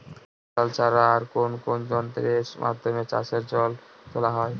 Martial ছাড়া আর কোন কোন যন্ত্রেরর মাধ্যমে চাষের জল তোলা হয়?